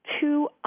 two